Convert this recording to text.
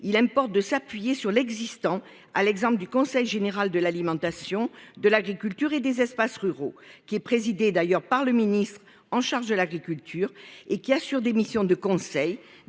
il importe de s'appuyer sur l'existant à l'exemple du conseil général de l'alimentation de l'agriculture et des espaces ruraux, qui est présidé d'ailleurs par le ministre en charge de l'agriculture et qui assurent des missions de conseil